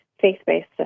faith-based